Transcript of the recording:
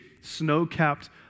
snow-capped